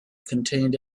contained